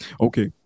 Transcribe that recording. Okay